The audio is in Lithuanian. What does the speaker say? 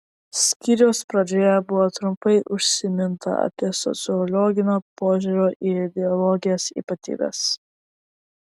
skyriaus pradžioje buvo trumpai užsiminta apie sociologinio požiūrio į ideologijas ypatybes